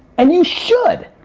and you should.